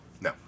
No